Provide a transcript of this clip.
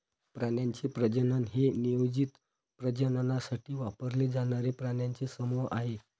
प्राण्यांचे प्रजनन हे नियोजित प्रजननासाठी वापरले जाणारे प्राण्यांचे समूह आहे